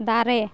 ᱫᱟᱨᱮ